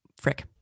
Frick